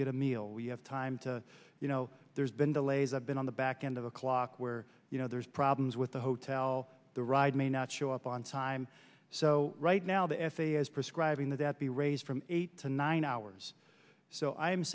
get a meal we have time to you know there's been delays i've been on the back end of a clock where you know there's problems with the hotel the ride may not show up on time so right now the f a a is prescribing that that be raised from eight to nine hours so i am